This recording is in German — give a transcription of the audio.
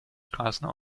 straßen